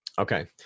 Okay